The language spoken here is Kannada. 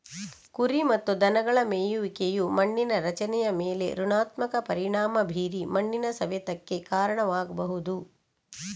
ಕುರಿ ಮತ್ತು ದನಗಳ ಮೇಯುವಿಕೆಯು ಮಣ್ಣಿನ ರಚನೆಯ ಮೇಲೆ ಋಣಾತ್ಮಕ ಪರಿಣಾಮ ಬೀರಿ ಮಣ್ಣಿನ ಸವೆತಕ್ಕೆ ಕಾರಣವಾಗ್ಬಹುದು